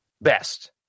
best